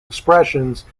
expressions